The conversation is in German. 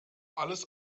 alles